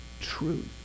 truth